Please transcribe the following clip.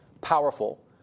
powerful